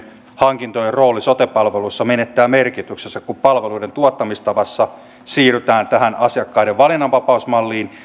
hankintojen rooli sote palveluissa menettää merkityksensä kun palveluiden tuottamistavassa siirrytään tähän asiakkaiden valinnanvapausmalliin